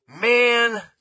man